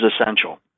essential